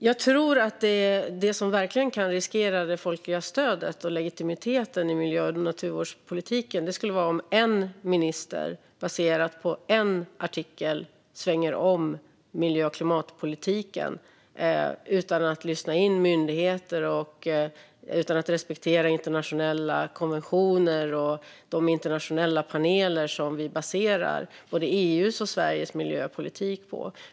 Jag tror att det som verkligen kan riskera det folkliga stödet och legitimiteten i miljö och naturvårdspolitiken skulle vara om en enskild minister baserat på en enskild artikel svänger om hela miljö och klimatpolitiken utan att lyssna in myndigheter och utan att respektera internationella konventioner och de internationella paneler som vi baserar både EU:s och Sveriges miljöpolitik på.